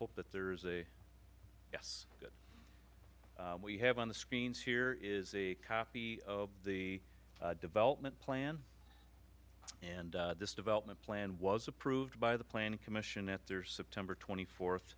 hope that there is a yes that we have on the screens here is a copy of the development plan and this development plan was approved by the planning commission at their september twenty fourth